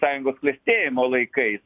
sąjungos klestėjimo laikais